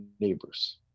neighbors